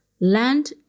land